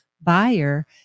buyer